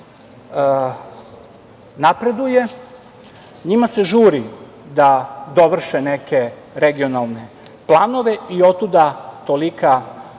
napreduje, njima se žuri da dovrše neke regionalne planove i otuda tolika